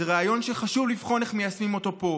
זה רעיון שחשוב לבחון איך מיישמים אותו פה.